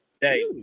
day